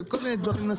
של כל מיני דברים אחרים,